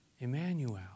Emmanuel